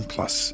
Plus